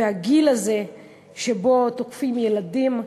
והגיל הזה שבו תוקפים ילדים,